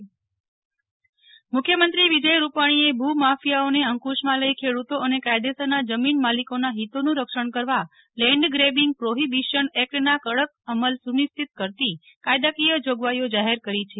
નેહલ ઠક્કર મુખ્યમંત્રીઃ જમીન એકટ મુખ્યમંત્રી વિજય રૂપાણીએ ભૂમાફિયાઓને અંકુશમાં લઈ ખેડૂતો અને કાયદેરસના જમીન માલિકોના હિતોનું રક્ષણ કરવા લેન્ડ ગ્રેબિંગ પ્રોહીબીશન એક્ટના કડક અમલ સુનિશ્ચિત કરતી કાયદાકીય જોગવાઈઓ જાહેર કરી છે